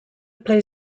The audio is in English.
play